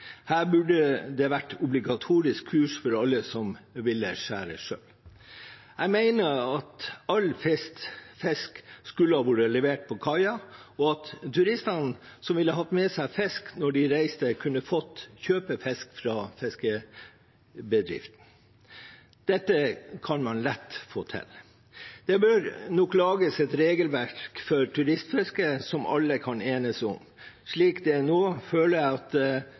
Her burde det vært obligatorisk kurs for alle som ville skjære selv. Jeg mener at all fisk skulle ha vært levert på kaia, og at turistene som ville ha med seg fisk når de reiste, kunne fått kjøpe fisk fra fiskebedriften. Dette kan man lett få til. Det bør nok lages et regelverk for turistfiske som alle kan enes om. Sånn det er nå, føler jeg at